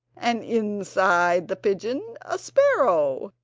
and inside the pigeon a sparrow,